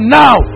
now